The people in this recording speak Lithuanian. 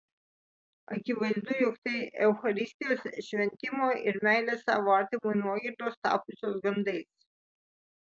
akivaizdu jog tai eucharistijos šventimo ir meilės savo artimui nuogirdos tapusios gandais